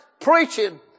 preaching